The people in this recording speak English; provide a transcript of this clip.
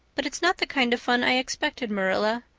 but it's not the kind of fun i expected, marilla.